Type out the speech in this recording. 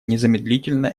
незамедлительно